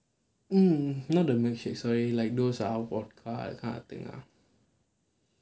mm not the milkshake sorry like those ah vodka that kind of thing lah